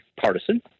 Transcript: partisan